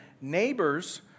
neighbors